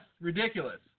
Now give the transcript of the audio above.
ridiculous